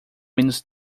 menos